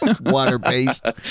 Water-based